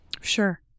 Sure